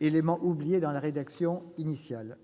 élément oublié dans la rédaction initiale.